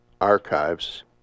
archives